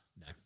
No